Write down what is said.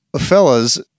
fellas